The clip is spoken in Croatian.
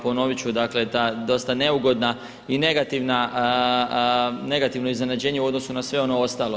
Ponovit ću da dosta neugodna i negativno iznenađenje u odnosu na sve ono ostalo.